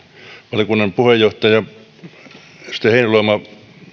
valiokunnan puheenjohtaja edustaja heinäluoma